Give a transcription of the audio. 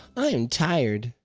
i'm tired!